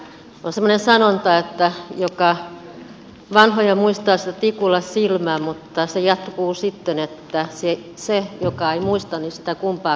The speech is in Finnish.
on semmoinen sanonta että joka vanhoja muistaa sitä tikulla silmään mutta se jatkuu sitten että se joka ei muista niin sitä kumpaankin silmään